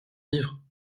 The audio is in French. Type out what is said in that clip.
vivre